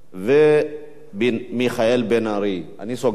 ואני סוגר את